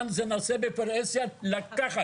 כאן זה נעשה בפרהסיה לקחת.